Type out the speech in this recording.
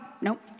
nope